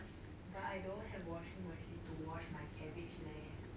but I don't have washing machine to wash my cabbage leh